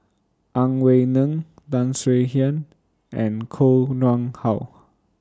Ang Wei Neng Tan Swie Hian and Koh Nguang How